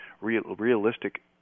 realistic